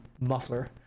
muffler